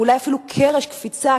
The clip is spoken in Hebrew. אולי אפילו קרש קפיצה,